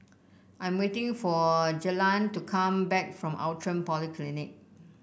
I'm waiting for Jalen to come back from Outram Polyclinic